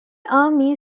army